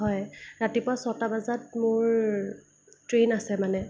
হয় ৰাতিপুৱা ছটা বজাত মোৰ ট্ৰেইন আছে মানে